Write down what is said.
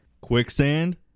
Quicksand